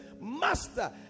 Master